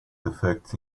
defects